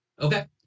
Okay